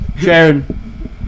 Sharon